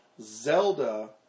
Zelda